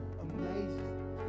amazing